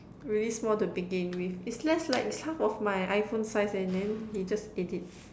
already small to begin with it's less like it's half of my iPhone size and then he just ate it